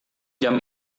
jam